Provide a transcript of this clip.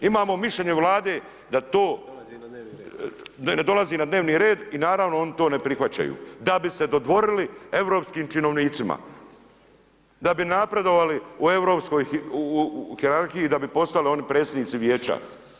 Imamo mišljenje vlade, da to da dolazi na dnevni red i naravno oni to ne prihvaćaju, da bi se dodvorili europskim činovnicima, da bi napredovali u europskoj, u hijerarhiji, da bi postali oni predsjednici vijeća.